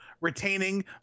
Retaining